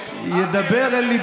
ולאחר שהתברר שכרגע האפשרות לאחוז בנשק